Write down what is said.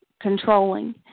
controlling